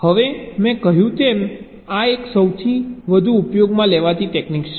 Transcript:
હવે મેં કહ્યું તેમ આ એક સૌથી વધુ ઉપયોગમાં લેવાતી ટેક્નીક છે